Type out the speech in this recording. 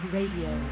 Radio